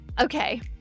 Okay